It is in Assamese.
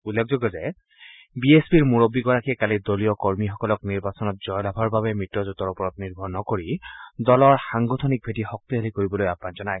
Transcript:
উল্লেখযোগ্য যে বি এছ পিৰ মূৰববীগৰাকীয়ে কালি দলীয় কৰ্মীসকলক নিৰ্বাচনত জয় লাভৰ বাবে মিত্ৰজোঁটৰ ওপৰত নিৰ্ভৰ নকৰি দলৰ সাংগঠনিক ভেটি শক্তিশালী কৰিবলৈ আহান জনায়